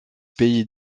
pays